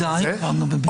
אוי די כבר, נו באמת.